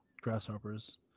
grasshoppers